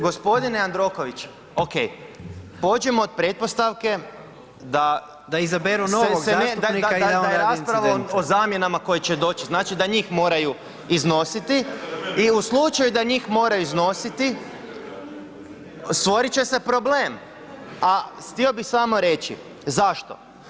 G. Jandroković, ok, pođimo od pretpostavke da izaberu … [[Govornici govore istovremeno, ne razumije.]] o zamjenama koje će doći, znači da njih moraju iznositi i u slučaju da njih moraju iznositi, stvorit će se problem a htio bi samo reći zašto.